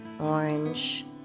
orange